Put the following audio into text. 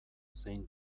zein